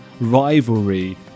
rivalry